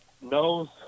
knows